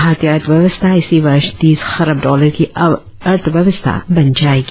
भारतीय अर्थव्यवस्था इसी वर्ष तीस खरब डॉलर की अर्थव्यवस्था बन जाएगी